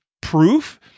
proof